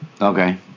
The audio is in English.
Okay